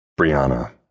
Brianna